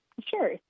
Sure